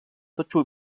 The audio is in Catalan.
totxo